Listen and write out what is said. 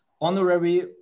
honorary